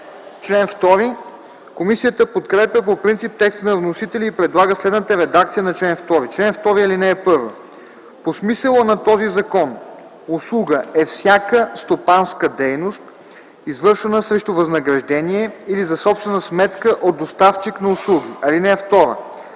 Комисията подкрепя по принцип текста на вносителя и предлага следната редакция на чл. 2: „Чл. 2. (1) По смисъла на този закон „услуга” е всяка стопанска дейност, извършвана срещу възнаграждение или за собствена сметка от доставчик на услуги. (2)